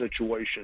situation